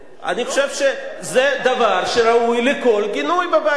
אני חושב שזה דבר שראוי לכל גינוי בבית הזה.